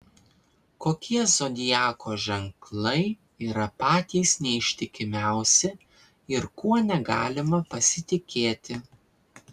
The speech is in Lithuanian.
kokie zodiako ženklai yra patys neištikimiausi ir kuo negalima pasitikėti